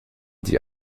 die